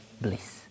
bliss